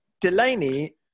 Delaney